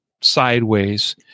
sideways